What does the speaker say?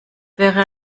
wäre